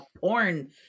porn